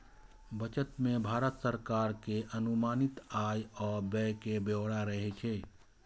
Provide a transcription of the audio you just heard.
budget मे भारत सरकार के अनुमानित आय आ व्यय के ब्यौरा रहै छै